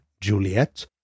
Juliet